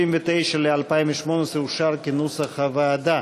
79 ל-2018 אושר כנוסח הוועדה.